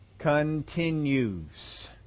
Continues